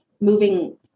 moving